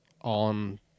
on